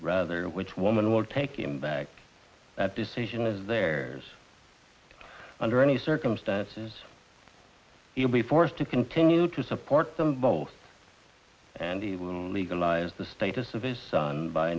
rather which woman will take him back that decision is theirs under any circumstances it'll be forced to continue to support them both and he will legalize the status of his son by